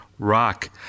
Rock